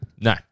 No